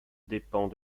dépend